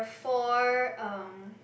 four um